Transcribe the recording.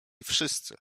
wszyscy